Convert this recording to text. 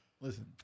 listen